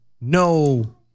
no